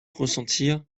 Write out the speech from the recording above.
ressentir